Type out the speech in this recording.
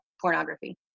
pornography